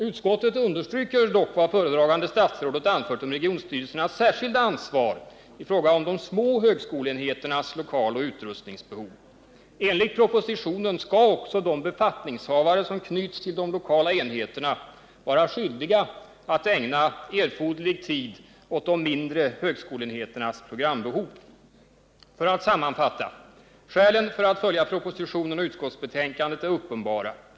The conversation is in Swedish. Utskottet understryker dock vad föredragande statsrådet anfört om regionstyrelsernas särskilda ansvar i fråga om de små högskoleenheternas lokaloch utrustningsbehov. Enligt propositionen skall också de befattningshavare som knyts till de lokala enheterna vara skyldiga att ägna erforderlig tid åt de mindre högskoleenheternas programbehov. För att sammanfatta: Skälen för att följa propositionen och utskottsbetänkandet är uppenbara.